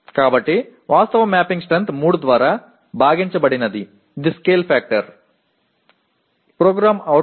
எனவே உண்மையான மேப்பிங் வலிமை 3 ஆல் வகுக்கப்படுவது அளவுகோல் காரணி